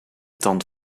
tand